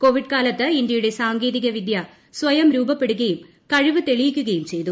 Covid കാലത്ത് ഇന്ത്യയുടെ സാങ്കേതികവിദൃ സ്വയം രൂപപ്പെടുകയും കഴിവ് തെളിയിക്കുകയും ചെയ്തു